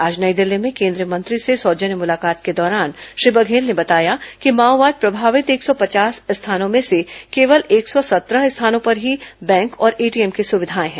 आज नई दिल्ली में केंद्रीय मंत्री से सौजन्य मुलाकात के दौरान श्री बधेल ने बताया कि माओवाद प्रभावित एक सौ पचास स्थानों में से केवल एक सौ सत्रह स्थानों पर ही बैंक और एटीएम की सुविघाएं हैं